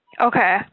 okay